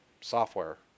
software